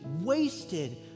wasted